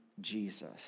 Jesus